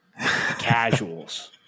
casuals